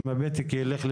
עם הפתק ילך לרט"ג?